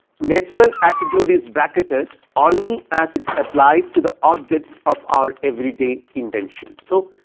natural attitude is bracketed only as it applies to the objects of our everyday intensions. so,